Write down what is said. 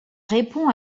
répond